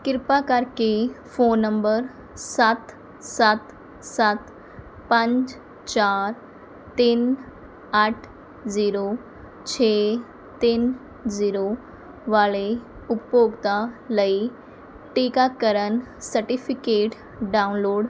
ਕਿਰਪਾ ਕਰਕੇ phone number ਸੱਤ ਸੱਤ ਸੱਤ ਪੰਜ ਚਾਰ ਤਿੰਨ ਅੱਠ ਜ਼ੀਰੋ ਛੇ ਤਿੰਨ ਜ਼ੀਰੋ ਵਾਲ਼ੇ ਉਪਭੋਗਤਾ ਲਈ ਟੀਕਾਕਰਨ ਸਰਟੀਫਿਕੇਟ ਡਾਊਨਲੋਡ